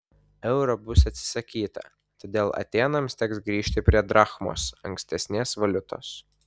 euro bus atsisakyta todėl atėnams teks grįžti prie drachmos ankstesnės valiutos